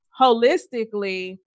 holistically